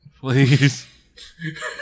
please